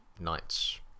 knights